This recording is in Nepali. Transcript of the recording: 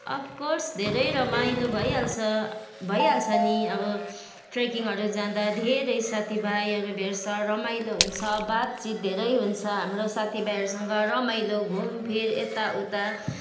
अफकोर्स धेरै रमाइलो भइहाल्छ भइहाल्छ नि अब ट्रेकिङहरू जाँदा धेरै साथीभाइहरू भेट्छ रमाइलो हुन्छ बातचित धेरै हुन्छ हाम्रो साथीभाइहरूसँग रमाइलो घुमफिर यताउता